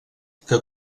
que